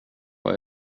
vad